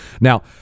Now